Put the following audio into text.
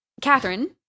Catherine